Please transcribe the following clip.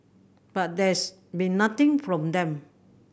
but there's been nothing from them